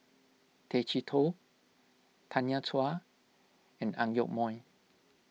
Tay Chee Toh Tanya Chua and Ang Yoke Mooi